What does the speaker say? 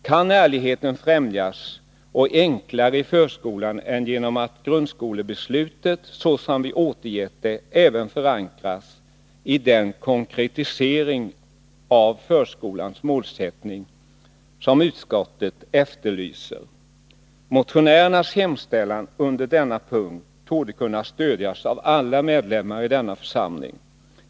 Kan ärligheten främjas bättre och enklare i förskolan än genom att grundskolebeslutet, såsom vi återgett det, även förankras i den konkretisering av förskolans målsättning som utskottet efterlyser? Motionärernas hemställan under mom. 1 torde kunna stödjas av alla medlemmar i denna församling.